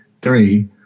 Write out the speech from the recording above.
three